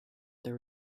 there